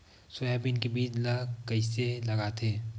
Soybean के बीज ल कइसे लगाथे?